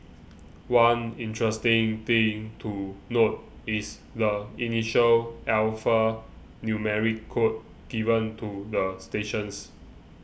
one interesting thing to note is the initial alphanumeric code given to the stations